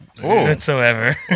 whatsoever